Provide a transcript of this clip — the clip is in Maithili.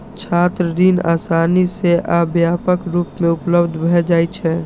छात्र ऋण आसानी सं आ व्यापक रूप मे उपलब्ध भए जाइ छै